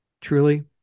Truly